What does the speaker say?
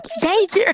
danger